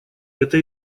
это